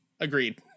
agreed